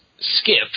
Skip